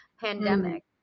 pandemic